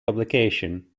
publication